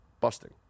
busting